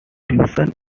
tuition